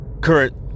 current